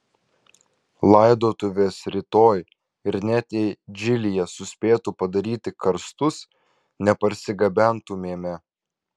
laidotuvės rytoj ir net jei džilyje suspėtų padaryti karstus neparsigabentumėme